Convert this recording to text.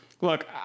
look